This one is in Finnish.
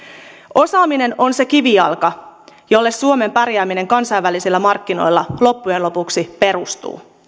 osaaminen on se kivijalka jolle suomen pärjääminen kansainvälisillä markkinoilla loppujen lopuksi perustuu